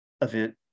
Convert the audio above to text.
event